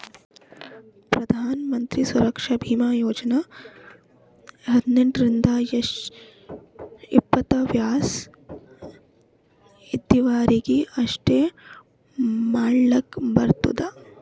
ಪ್ರಧಾನ್ ಮಂತ್ರಿ ಸುರಕ್ಷಾ ಭೀಮಾ ಯೋಜನಾ ಹದ್ನೆಂಟ್ ರಿಂದ ಎಪ್ಪತ್ತ ವಯಸ್ ಇದ್ದವರೀಗಿ ಅಷ್ಟೇ ಮಾಡ್ಲಾಕ್ ಬರ್ತುದ